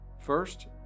First